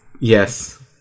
Yes